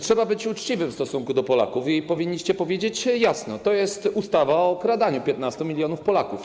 Trzeba być uczciwym w stosunku do Polaków, dlatego powinniście powiedzieć jasno: To jest ustawa o okradaniu 15 mln Polaków.